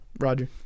Roger